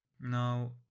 now